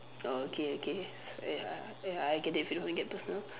oh okay okay s~ ya ya I get it if you don't want get personal